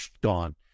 gone